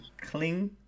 cling